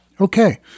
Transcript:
Okay